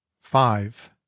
five